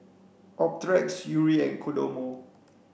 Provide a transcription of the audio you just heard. Optrex Yuri and Kodomo